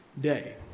day